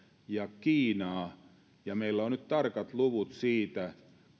ja kiinaa ja meillä on nyt tarkat luvut siitä